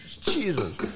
Jesus